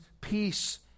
peace